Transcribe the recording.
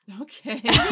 Okay